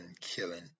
killing